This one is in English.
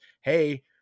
hey